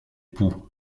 poux